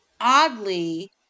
Oddly